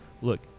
look